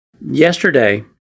Yesterday